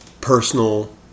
personal